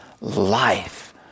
life